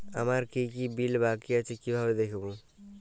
আমার কি কি বিল বাকী আছে কিভাবে দেখবো?